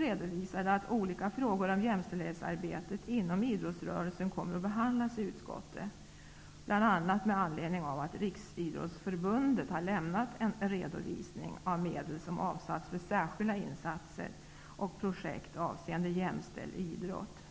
redovisade att olika frågor om jämställdhetsarbetet inom idrottsrörelsen kommer att behandlas i utskottet, bl.a. med anledning av att Riksidrottsförbundet lämnat en redovisning av medel som avsatts för särskilda insatser och projekt avseende jämställd idrott.